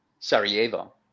Sarajevo